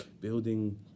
building